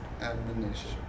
admonition